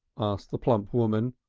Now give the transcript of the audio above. asked the plump woman.